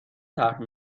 طرح